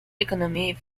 economy